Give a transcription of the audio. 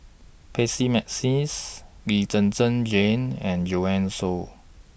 Percy Mcneice Lee Zhen Zhen Jane and Joanne Soo